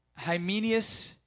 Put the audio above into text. Hymenius